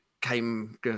came